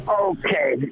Okay